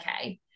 okay